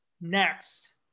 Next